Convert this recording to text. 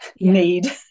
need